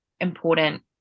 important